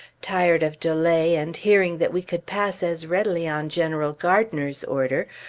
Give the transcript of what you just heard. tired of delay, and hearing that we could pass as readily on general gardiner's order,